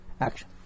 action